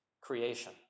creation